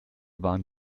waren